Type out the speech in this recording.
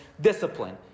discipline